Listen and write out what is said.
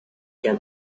can